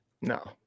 No